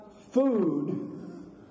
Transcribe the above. food